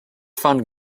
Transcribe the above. found